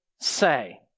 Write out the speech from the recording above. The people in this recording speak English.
say